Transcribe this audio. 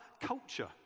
culture